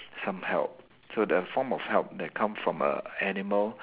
some help so the form of help that come from a animal